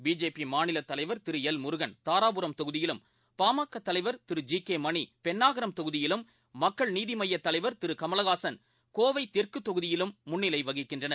BJP மாநிலத் தலைவர் திரு எல் முருகன் தாராபுரம் தொகுதியிலும் பாமக தலைவர் திரு ஜி கே மணி பெண்ணாகரம் தொகுதியிலும் மக்கள் நீதி மய்ய தலைவர் திரு கமலஹாசன் கோவை தெற்கு தொகுதியிலும் முன்னிலை வகிக்கின்றனர்